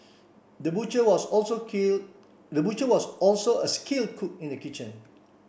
the butcher was also kill the butcher was also a skilled cook in the kitchen